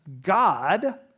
God